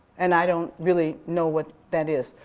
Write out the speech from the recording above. and i don't really know what that is.